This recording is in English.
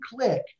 click